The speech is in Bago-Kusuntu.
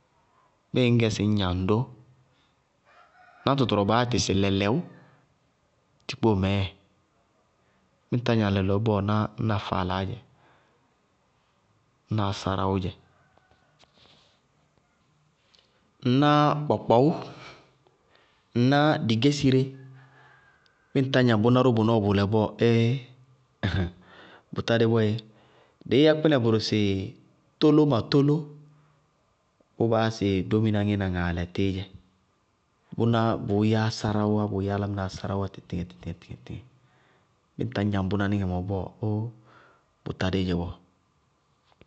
Bíɩ ŋñ gɛ sɩ ñ gnaŋ ró, náŋtɔ tʋrʋwɛ baá yá tɩ sɩ lɛlɛwʋ, tikpóomɛɛ, ñŋ ŋtá gnaŋ lɛlɛwʋ bɔɔ, ná ñna faalaá dzɛ, ñna ásáráwʋʋ dzɛ. Ŋná kpɔkpɔwʋ, ŋná digésiré, bíɩ ŋtá gnaŋ bʋná ró bʋ nɔɔ bʋʋlɛ ɔɔ, ééé! Ɛhɛɛŋ bʋ tádé boé! Dɩí yá kpínɛ bʋrʋ sɩ tólómatóló, bʋʋ baá yá sɩ dóminá ŋíína ŋaalɛ tíí dzɛ, bʋná bʋʋ yɛ ásáráwʋʋ wá bʋʋ yɛ álámɩná ásáráwʋʋ tɩtɩŋɛ- tɩtɩŋɛ- tɩtɩŋɛ. Bíɩ ŋtá gnaŋ bʋnáníŋɛ mɔɔ bɔɔ óó! Bʋ tádéé dzɛ bɔɔ.